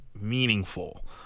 meaningful